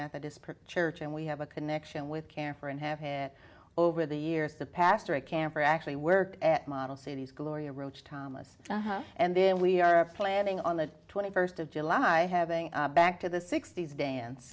methodist church and we have a connection with cancer and have had over the years the pastor at camp or actually worked at model cities gloria roach thomas and then we are planning on the twenty first of july having back to this sixty's dance